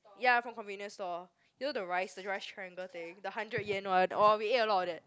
ya from convenience store you know the rice the rice triangle thing the hundred yen one oh we ate a lot of that